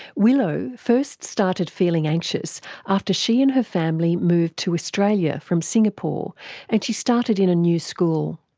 willow first started feeling anxious after she and her family moved to australia from singapore and she started in a new school.